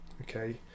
Okay